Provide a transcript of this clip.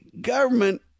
government